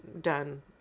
done